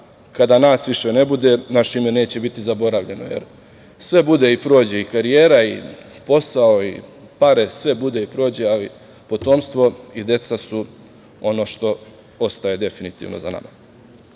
kada nas više ne bude, naše ime neće biti zaboravljeno, jer sve bude i prođe i karijera i posao i pare, sve bude i prođe, ali potomstvo i deca su ono što ostaje definitivno za nama. Ja